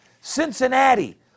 Cincinnati